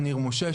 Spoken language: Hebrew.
ניר משה,